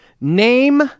Name